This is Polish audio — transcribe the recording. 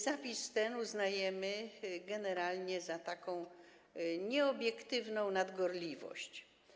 Zapis ten uznajemy generalnie za taką nieobiektywną nadgorliwość.